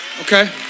okay